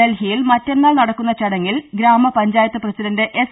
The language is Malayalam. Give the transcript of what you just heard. ഡൽഹിയിൽ മറ്റന്നാൾ നടക്കുന്ന ചടങ്ങിൽ ഗ്രാമപഞ്ചായത്ത് പ്രസിഡന്റ് എസ്